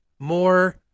More